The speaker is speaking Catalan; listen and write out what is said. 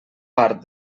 part